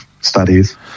studies